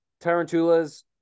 Tarantulas